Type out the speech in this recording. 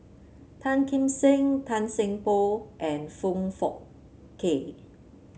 Tan Kim Seng Tan Seng Poh and Foong Fook Kay